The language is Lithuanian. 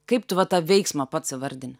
kaip tu va tą veiksmą pats įvardini